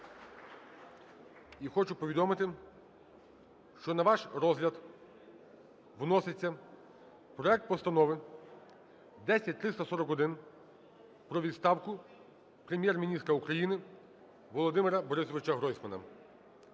І хочу повідомити, що на ваш розгляд вноситься проект Постанови 10341 про відставку Прем'єр-міністра України Володимира Борисовича Гройсмана.